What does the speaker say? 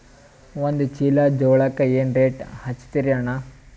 ಒಂದ ಚೀಲಾ ಜೋಳಕ್ಕ ಏನ ರೇಟ್ ಹಚ್ಚತೀರಿ ಅಣ್ಣಾ?